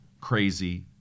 Crazy